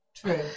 True